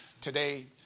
today